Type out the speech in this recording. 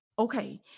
Okay